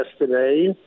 yesterday